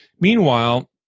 Meanwhile